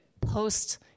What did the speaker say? post